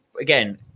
again